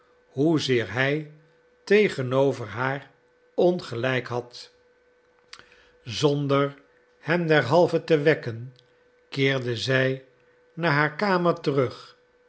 hoezeer hij tegenover haar ongelijk had zonder hem derhalve te wekken keerde zij naar haar kamer terug